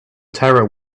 terror